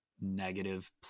negative